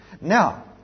Now